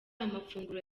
amafunguro